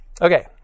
Okay